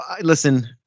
listen